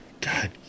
god